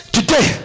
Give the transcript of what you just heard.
Today